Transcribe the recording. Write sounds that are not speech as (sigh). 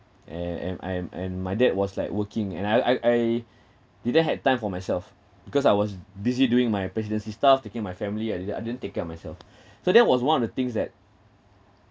and and I am and my dad was like working and I I I didn't had time for myself because I was busy doing my presidency stuff taking my family and didn't I didn't take care of myself (breath) so that was one of the things that